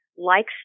likes